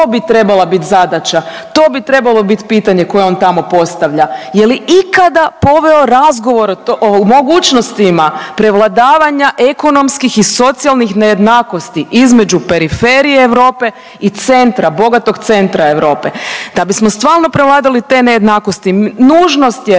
bi trebala bit zadaća, to bi trebalo bit pitanje koje on tamo postavlja, je li ikada poveo razgovor o mogućnostima prevladavanja ekonomskih i socijalnih nejednakosti između periferije Europe i centra, bogatog centra Europe? Da bismo stvarno prevladali te nejednakosti nužnost je